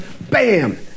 bam